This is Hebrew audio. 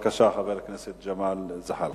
חבר הכנסת ג'מאל זחאלקה,